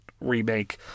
remake